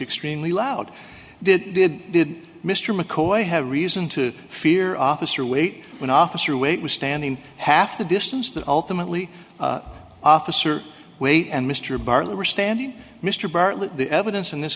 extremely loud did did did mr mccoy have reason to fear officer wait when officer wait was standing half the distance to ultimately officer wait and mr bartlett were standing mr bartlett the evidence in this